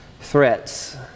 threats